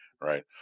Right